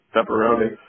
Pepperoni